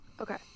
Okay